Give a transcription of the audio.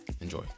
Enjoy